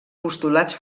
postulats